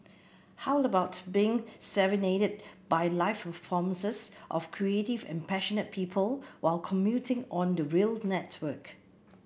how about being serenaded by live performances of creative and passionate people while commuting on the rail network